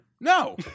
No